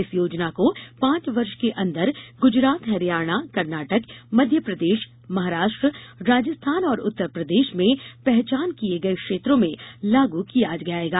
इस योजना को पांच वर्ष के अंदर गुजरात हरियाणा कर्नाटक मध्य प्रदेश महाराष्ट्र राजस्थान और उत्तरप्रदेश में पहचान किए गए क्षेत्रों में लागू किया जाएगा